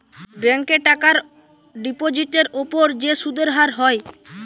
ব্যাংকে টাকার ডিপোজিটের উপর যে সুদের হার হয়